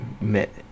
met